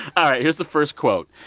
all right, here's the first quote.